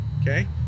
okay